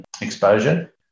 exposure